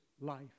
life